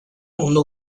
mundu